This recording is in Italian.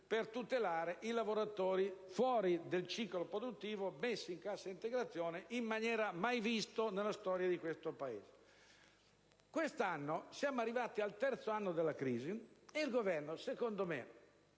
per tutelare i lavoratori fuori del ciclo produttivo messi in cassa integrazione in maniera mai vista nella storia di questo Paese. Quest'anno siamo arrivati al terzo anno della crisi, e il Governo ha capito che